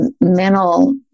mental